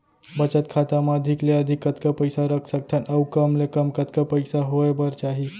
बचत खाता मा अधिक ले अधिक कतका पइसा रख सकथन अऊ कम ले कम कतका पइसा होय बर चाही?